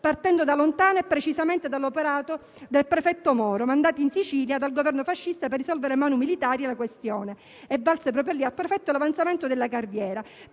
partendo da lontano e precisamente dall'operato del prefetto Mori, mandato in Sicilia dal Governo fascista per risolvere *manu militari* la questione, che gli valse l'avanzamento della carriera.